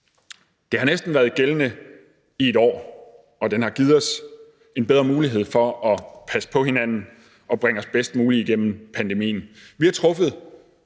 Den har næsten været gældende i et år, og den har givet os en bedre mulighed for at passe på hinanden og bringe os bedst muligt igennem pandemien. Vi har truffet